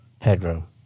headroom